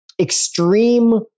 extreme